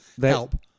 help